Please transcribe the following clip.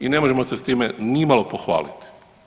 I ne možemo se s time ni malo pohvaliti.